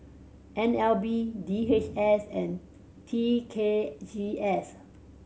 N L B D H S and T K G S